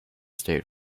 state